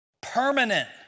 Permanent